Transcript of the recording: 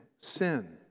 sin